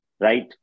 right